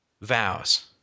vows